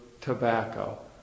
tobacco